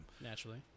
Naturally